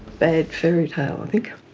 bad fairytale, i think.